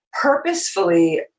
Purposefully